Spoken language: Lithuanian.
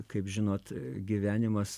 kaip žinot gyvenimas